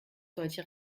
solche